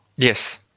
Yes